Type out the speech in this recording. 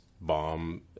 bomb